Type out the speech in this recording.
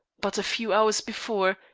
but a few hours before,